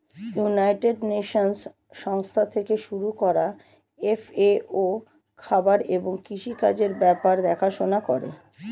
United Nations সংস্থা থেকে শুরু করা এফ.এ.ও খাবার এবং কৃষি কাজের ব্যাপার দেখাশোনা করে